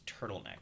turtleneck